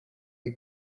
die